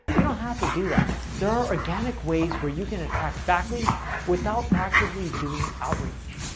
you don't have to do that. there are organic ways where you can attract backlinks without practically doing outreach.